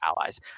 allies